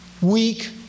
weak